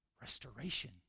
restoration